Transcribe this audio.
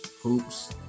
hoops